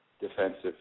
defensive